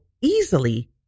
easily